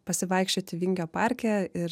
pasivaikščioti vingio parke ir